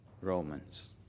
Romans